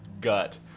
gut